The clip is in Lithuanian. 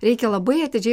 reikia labai atidžiai